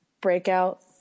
breakout